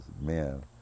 men